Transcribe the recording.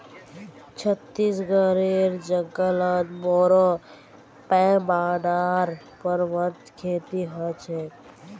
छत्तीसगढेर जंगलत बोरो पैमानार पर वन खेती ह छेक